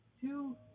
two